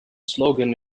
slogan